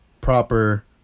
proper